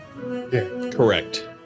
Correct